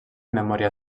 memòria